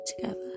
together